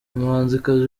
umuhanzikazi